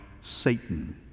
Satan